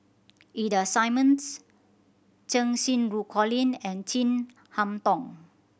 Ida Simmons Cheng Xinru Colin and Chin Harn Tong